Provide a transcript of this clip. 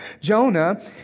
Jonah